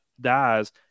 dies